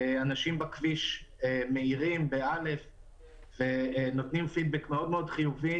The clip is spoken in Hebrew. אנשים בכביש מאירים ונותנים פידבק מאוד-מאוד חיובי.